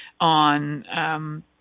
on